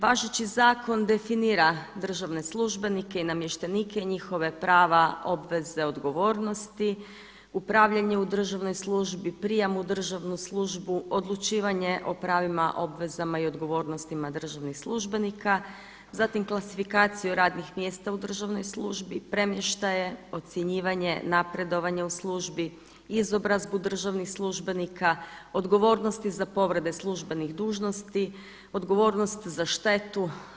Važeći zakon definira državne službenike i namještenike i njihova prava, obveze, odgovornosti, upravljanje u državnoj službi, prijam u državnu službu, odlučivanje o pravima, obvezama i odgovornostima državnih službenika, zatim klasifikaciju radnih mjesta u službi, premještaje, ocjenjivanje, napredovanje u službi, izobrazbu državnih službenika, odgovornosti za povrede službenih dužnosti, odgovornost za štetu.